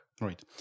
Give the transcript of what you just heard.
Right